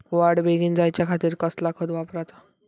वाढ बेगीन जायच्या खातीर कसला खत वापराचा?